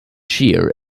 cheer